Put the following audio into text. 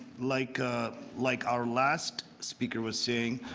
like ah like our last speaker was saying,